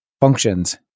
functions